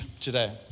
today